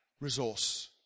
resource